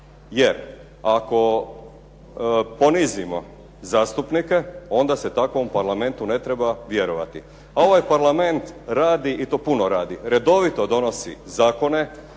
Jer, ako ponizimo zastupnike onda se takvom Parlamentu ne treba vjerovati. A ovaj Parlament radi i to puno radi. Redovito donosi zakone.